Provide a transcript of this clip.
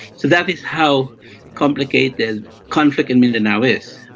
so that is how complicated conflict in mindanao is.